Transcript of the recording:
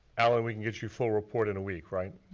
alan, we can get you full report in a week, right?